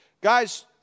Guys